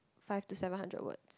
five to seven hundred words